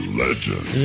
legend